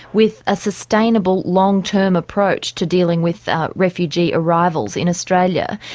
with a sustainable, long-term approach to dealing with refugee arrivals in australia.